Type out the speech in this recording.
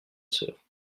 sœur